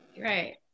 right